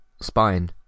spine